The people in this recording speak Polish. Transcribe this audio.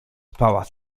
pałac